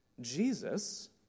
Jesus